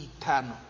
eternal